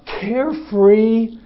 carefree